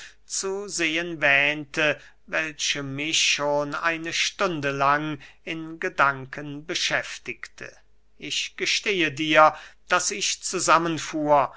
zu sehen wähnte welche mich schon eine stunde lang in gedanken beschäftigte ich gestehe dir daß ich zusammen fuhr